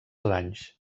anys